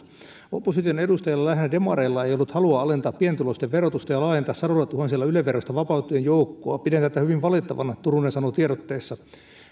opposition edustajilla lähinnä demareilla ei ollut halua alentaa pienituloisten verotusta ja laajentaa sadoillatuhansilla yle verosta vapautettujen joukkoa pidän tätä hyvin valitettavana turunen sanoo tiedotteessa